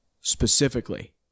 specifically